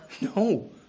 No